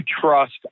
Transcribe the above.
trust